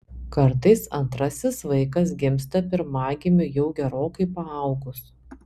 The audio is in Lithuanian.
kartais antrasis vaikas gimsta pirmagimiui jau gerokai paaugus